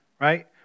right